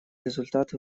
результат